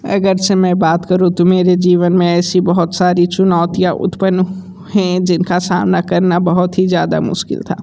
अगर से मैं बात करूं तू मेरे जीवन में ऐसी बहुत सारी चुनौतियाँ उत्पन्न हें जिनका सामना करना बहुत ही ज़्यादा मुश्किल था